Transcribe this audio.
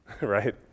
right